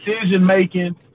decision-making